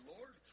Lord